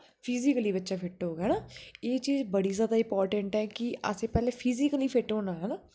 physically बच्चा fit होग है नी एह् चीज बड़ी ज्यादा इमपार्र्टैंट है कि आसे पहले फिजीकली फिट होना